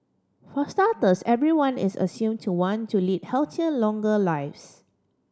for starters everyone is assumed to want to lead healthier longer lives